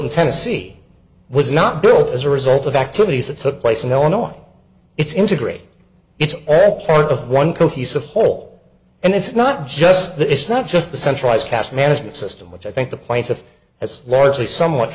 that tennessee was not built as a result of activities that took place in illinois it's integrate it's all part of one cohesive whole and it's not just the it's not just the centralized caste management system which i think the plaintiff has largely somewhat